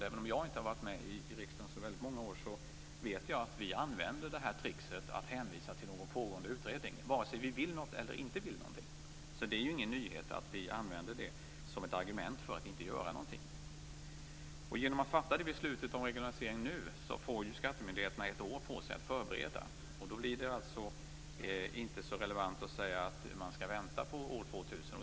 Även om jag inte har varit med i riksdagen så länge vet jag att vi här använder tricket att hänvisa till en pågående utredning vare sig vi vill något eller inte vill något. Det är ingen nyhet att vi använder det som ett argument för att inte göra något. Genom att fatta ett beslut om en regionalisering nu får skattemyndigheterna ett år på sig att förbereda sig. Då blir det inte så relevant att säga att man skall vänta till år 2000.